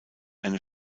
eine